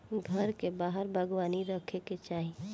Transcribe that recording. घर के बाहर बागवानी रखे के चाही